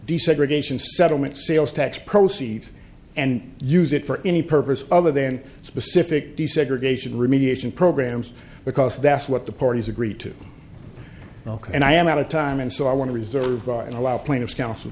desegregation settlement sales tax proceeds and use it for any purpose other than specific desegregation remediation programs because that's what the parties agreed to and i am out of time and so i want to reserve by and allow plaintiff coun